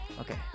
Okay